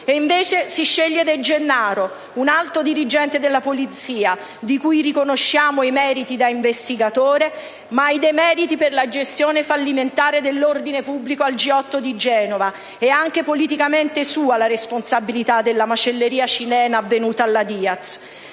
Invece si sceglie De Gennaro, un alto dirigente della polizia, di cui riconosciamo i meriti da investigatore ma i demeriti per la gestione fallimentare dell'ordine pubblico al G8 di Genova: è anche politicamente sua la responsabilità della macelleria cilena avvenuta alla